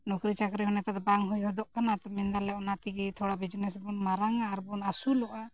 ᱱᱚᱠᱨᱤ ᱪᱟᱹᱠᱨᱤ ᱚᱱᱮ ᱛᱮᱫᱚ ᱵᱟᱝ ᱦᱩᱭ ᱦᱚᱫᱚᱜ ᱠᱟᱱᱟ ᱛᱚ ᱢᱮᱱᱫᱟᱞᱮ ᱚᱱᱟ ᱛᱮᱜᱮ ᱛᱷᱚᱲᱟ ᱵᱤᱡᱱᱮᱥ ᱵᱚᱱ ᱢᱟᱨᱟᱝᱼᱟ ᱟᱨᱵᱚᱱ ᱟᱹᱥᱩᱞᱚᱜᱼᱟ